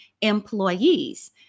employees